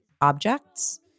objects